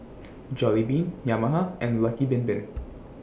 Jollibean Yamaha and Lucky Bin Bin